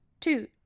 Two